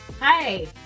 Hi